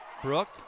Brooke